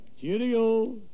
cheerio